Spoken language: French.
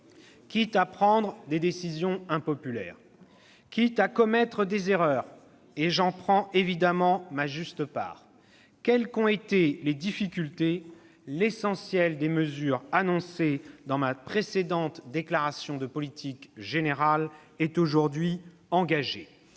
quitte à prendre des décisions impopulaires, quitte à commettre des erreurs, et j'en prends évidemment ma juste part. Quelles qu'aient été les difficultés, l'essentiel des mesures annoncées dans ma précédente déclaration de politique générale est aujourd'hui engagé.